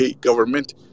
government